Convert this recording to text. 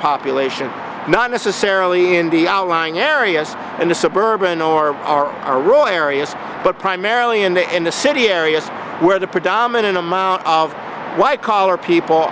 population not necessarily in the outlying areas in the suburban or are our rule areas but primarily in the in the city areas where the predominant amount of white collar people